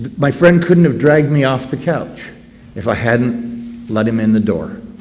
my friend couldn't have dragged me off the couch if i hadn't let him in the door.